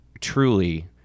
truly